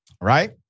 right